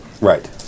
right